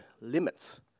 limits